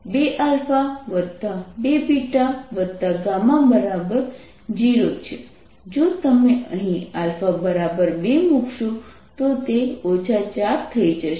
α2 β1 γ2 δ1 α β 1 2α2βγ0 42γ0 γ2 જો તમે અહીં α2 મૂકશો તો તે 4 થઈ જશે